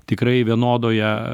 tikrai vienodoje